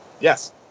Yes